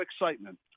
excitement